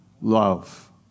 Love